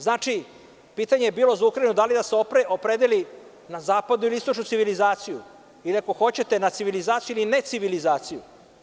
Znači, za Ukrajinu je bilo pitanje da li da se opredeli na zapadnu ili istočnu civilizaciju ili, ako hoćete, na civilizaciju ili ne civilizaciju.